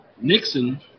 Nixon